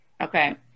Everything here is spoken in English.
Okay